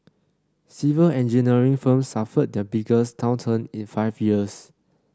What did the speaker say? civil engineering firms suffered their biggest downturn in five years